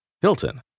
Hilton